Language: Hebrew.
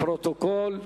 לפרוטוקול.